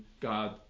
God